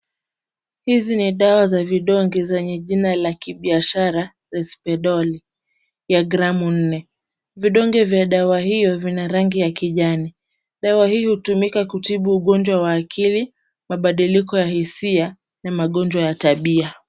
Hizi ni dawa za vidonge zenye jina la kibiashara Risperdal ya gramu nne. Vidonge vya dawa hiyo vina rangi ya kijani, dawa hii hutumika kutibu ugonjwa wa akili, mabadiliko ya hisia na magonjwa ya tabia.